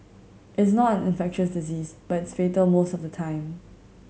it's not an infectious disease but it's fatal most of the time